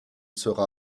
sera